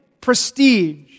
prestige